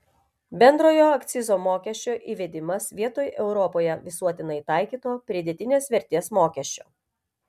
bendrojo akcizo mokesčio įvedimas vietoj europoje visuotinai taikyto pridėtinės vertės mokesčio